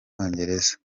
bwongereza